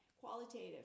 qualitative